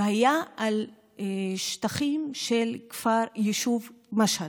והוא היה על שטחים של היישוב משהד.